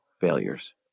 failures